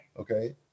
Okay